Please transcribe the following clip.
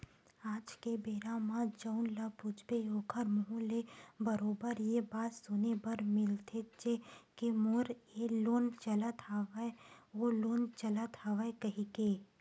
आज के बेरा म जउन ल पूछबे ओखर मुहूँ ले बरोबर ये बात सुने बर मिलथेचे के मोर ये लोन चलत हवय ओ लोन चलत हवय कहिके